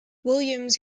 williams